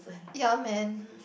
young man